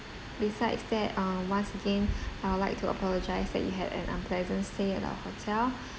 besides that uh once again I would like to apologise that you had an unpleasant stay at our hotel